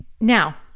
now